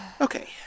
Okay